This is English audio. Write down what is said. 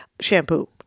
shampoo